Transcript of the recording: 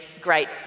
great